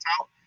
out